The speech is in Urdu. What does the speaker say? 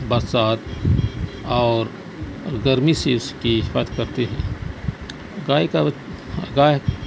برسات اور گرمی سے اس کی حفاظت کرتے ہیں گائے کا بچہ گائے